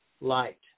light